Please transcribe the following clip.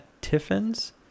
Tiffins